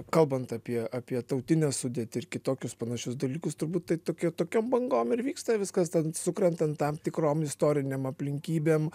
kalbant apie apie tautinę sudėtį ir kitokius panašius dalykus turbūt tai tokia tokiom bangom ir vyksta viskas ten sukrentant tam tikrom istorinėm aplinkybėm